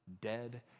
dead